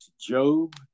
Job